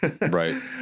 Right